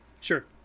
sure